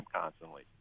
constantly